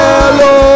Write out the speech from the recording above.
Hello